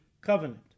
covenant